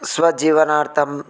स्वजीवनार्थम्